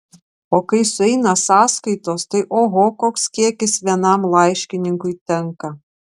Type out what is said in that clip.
o kai sueina sąskaitos tai oho koks kiekis vienam laiškininkui tenka